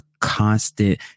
constant